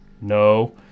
no